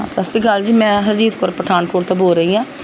ਸਤਿ ਸ਼੍ਰੀ ਅਕਾਲ ਜੀ ਮੈਂ ਹਰਜੀਤ ਕੌਰ ਪਠਾਨਕੋਟ ਤੋਂ ਬੋਲ ਰਹੀ ਹਾਂ